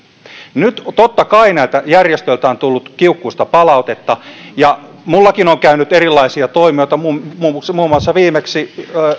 nyt totta kai näiltä järjestöiltä on tullut kiukkuista palautetta minullakin on käynyt erilaisia toimijoita muun muassa muun muassa viimeksi